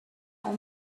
اون